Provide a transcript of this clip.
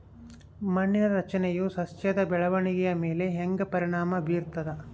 ಮಣ್ಣಿನ ರಚನೆಯು ಸಸ್ಯದ ಬೆಳವಣಿಗೆಯ ಮೇಲೆ ಹೆಂಗ ಪರಿಣಾಮ ಬೇರ್ತದ?